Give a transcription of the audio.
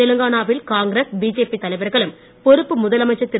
தெலுங்கானா வில் காங்கிரஸ் பிஜேபி தலைவர்களும் பொறுப்பு முதலமைச்சர் திரு